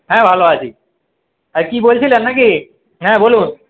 হ্যাঁ ভালো আছি আর কী বলছিলেন নাকি হ্যাঁ বলুন